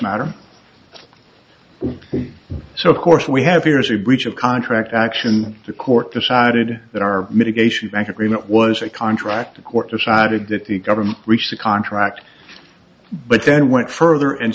be so of course we have here is a breach of contract action the court decided that our mitigation bank agreement was a contract a court decided that the government reached the contract but then went further and